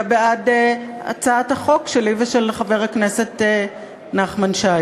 בעד הצעת החוק שלי ושל חבר הכנסת נחמן שי.